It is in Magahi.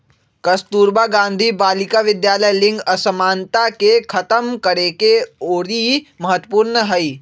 कस्तूरबा गांधी बालिका विद्यालय लिंग असमानता के खतम करेके ओरी महत्वपूर्ण हई